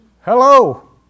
Hello